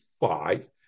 five